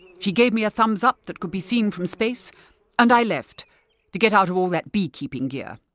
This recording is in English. she gave me a thumbs-up that could be seen from space and i left to get out of all that beekeeping gear.